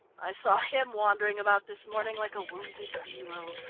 i saw him wandering about this morning like a wounded hero,